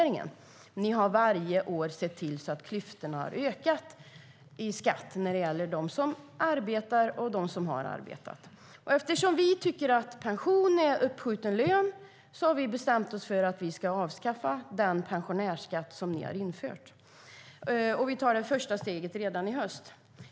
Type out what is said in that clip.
Ni har varje år sett till att klyftorna i skatt har ökat när det gäller de som arbetar och de som har arbetat. Eftersom vi tycker att pension är uppskjuten lön har vi bestämt oss för att vi ska avskaffa den pensionärsskatt som ni har infört, och vi tar det första steget redan i höst.